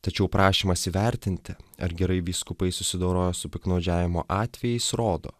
tačiau prašymas įvertinti ar gerai vyskupai susidorojo su piktnaudžiavimo atvejais rodo